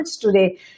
today